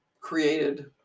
created